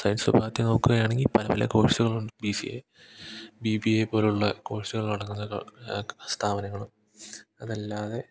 science വിഭാഗത്തിൽ നോക്കുക ആണെങ്കിൽ പല പല കോഴ്സുകളുണ്ട് B C A B B A പോലുള്ള കോഴ്സുകൾ നടക്കുന്ന സ്ഥാപനങ്ങളും അത് അല്ലാതെ